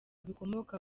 bikomoka